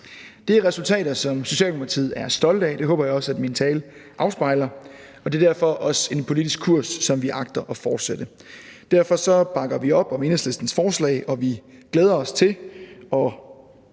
Det er resultater, som Socialdemokratiet er stolte af, og det håber jeg også at min tale afspejler. Det er derfor også en politisk kurs, som vi agter at fortsætte. Derfor bakker vi op om Enhedslistens forslag. Og vi glæder os til at